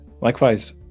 likewise